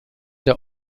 der